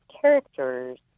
characters